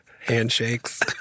handshakes